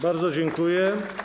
Bardzo dziękuję.